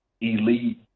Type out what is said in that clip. elite